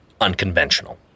unconventional